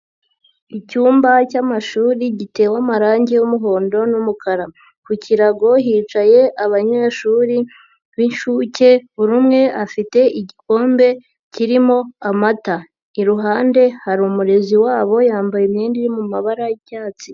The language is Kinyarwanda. Icyumba cy'amashuri gitewe amarangi y'umuhondo n'umukara, ku kirago hicaye abanyeshuri b'inshuke buri umwe afite igikombe kirimo amata, iruhande hari umurezi wabo yambaye imyenda yo mabara y'icyatsi.